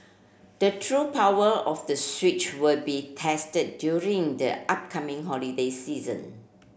the true power of the Switch would be tested during the upcoming holiday season